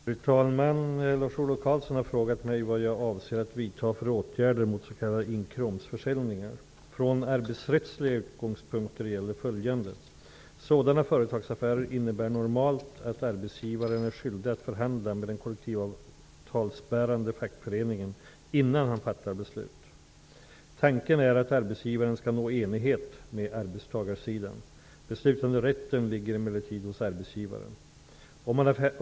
Fru talman! Lars-Olof Karlsson har frågat mig vad jag avser att vidta för åtgärder mot s.k. inkråmsförsäljningar. Från arbetsrättsliga utgångspunkter gäller följande. Sådana företagsaffärer innebär normalt att arbetsgivaren är skydlig att förhandla med den kollektivavtalsbärande fackföreningen innan han fattar beslutet. Tanken är att arbetsgivaren skall nå enighet med arbetstagarsidan. Beslutanderätten ligger emellertid hos arbetsgivaren.